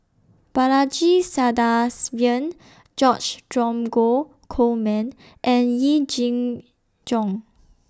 Balaji Sadasivan George Dromgold Coleman and Yee Jenn Jong